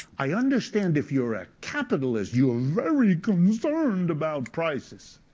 i understand if you're a capitalist, you are very concerned about prices.